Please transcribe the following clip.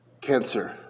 cancer